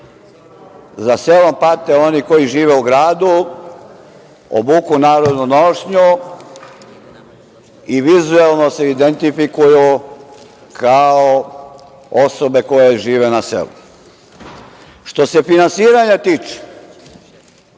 za selom pate oni koji žive u gradu, obuku narodnu nošnju i vizuelno se identifikuju kao osobe koje žive na selu. Što se finansiranja tiče,